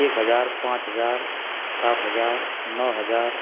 एक हजार पाँच हजार सात हजार नओ हजार